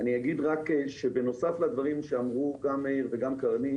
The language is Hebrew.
אני אגיד רק שבנוסף לדברים שאמרו גם מאיר וגם קרנית